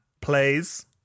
plays